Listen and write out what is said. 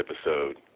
episode